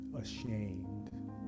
ashamed